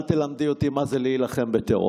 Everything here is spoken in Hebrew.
אל תלמדי אותי מה זה להילחם בטרור.